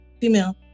female